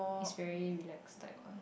is very relaxed type ah